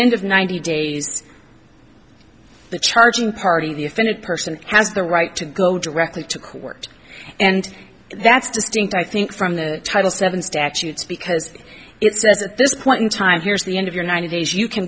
end of ninety days the charging party the offended person has the right to go directly to court and that's distinct i think from the title seven statutes because it says at this point in time here's the end of your ninety days you can